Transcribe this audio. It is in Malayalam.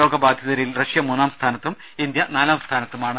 രോഗബാധിതരിൽ റഷ്യ മൂന്നാം സ്ഥാനത്തും ഇന്ത്യ നാലാം സ്ഥാനത്തുമാണ്